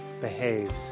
behaves